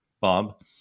Bob